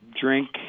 drink